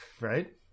Right